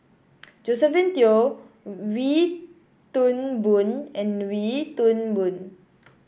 Josephine Teo Wee Toon Boon and Wee Toon Boon